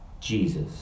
Jesus